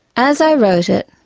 as i wrote it,